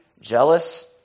jealous